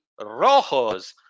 Rojos